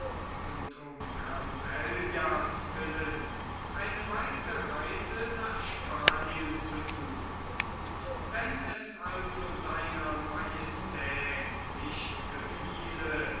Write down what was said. und um granvellas willen eine weite reise nach spanien zu thun wenn es also sr majestät nicht gefiele